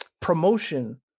promotion